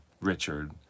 Richard